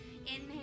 Inhale